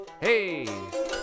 Hey